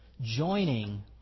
joining